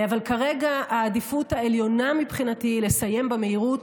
אבל כרגע העדיפות העליונה מבחינתי היא לסיים במהירות